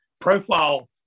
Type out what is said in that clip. profile